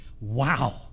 Wow